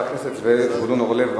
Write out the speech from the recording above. חבר הכנסת זבולון אורלב.